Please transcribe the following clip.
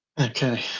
Okay